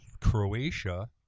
Croatia